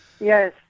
Yes